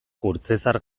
kurtzezar